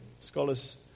Scholars